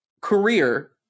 career